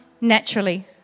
naturally